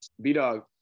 B-Dog